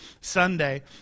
Sunday